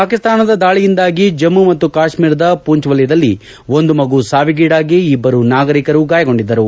ಪಾಕಿಸ್ತಾನದ ದಾಳಿಯಿಂದಾಗಿ ಜಮ್ಮು ಮತ್ತು ಕಾಶ್ಮೀರದ ಪೂಂಚ್ ವಲಯದಲ್ಲಿ ಒಂದು ಮಗು ಸಾವಿಗೀಡಾಗಿ ಇಬ್ಬರು ನಾಗರಿಕರು ಗಾಯಗೊಂಡಿದ್ದರು